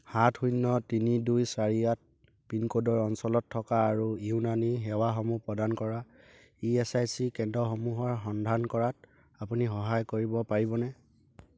সাত শূন্য তিনি দুই চাৰি আঠ পিনক'ডৰ অঞ্চলত থকা আৰু ইউনানী সেৱাসমূহ প্ৰদান কৰা ই এচ আই চি কেন্দ্ৰসমূহৰ সন্ধান কৰাত আপুনি সহায় কৰিব পাৰিবনে